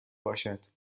باشد